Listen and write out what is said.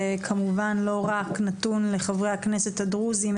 כמובן לא רק נתון לחברי הכנסת הדרוזים.